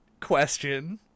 question